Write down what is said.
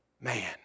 man